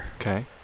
Okay